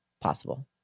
possible